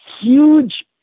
Huge